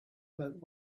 about